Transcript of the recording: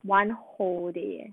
one whole day